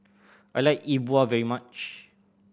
I like E Bua very much